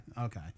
Okay